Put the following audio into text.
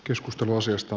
keskustelu asiasta